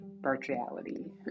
virtuality